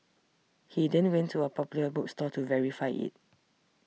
he then went to a Popular bookstore to verify it